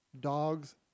dogs